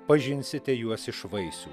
pažinsite juos iš vaisių